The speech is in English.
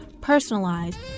personalized